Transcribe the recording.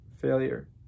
failure